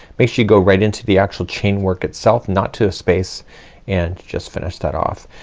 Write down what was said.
make sure you go right into the actual chain work itself not to a space and just finish that off.